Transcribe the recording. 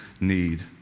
need